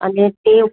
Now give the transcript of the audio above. અને તે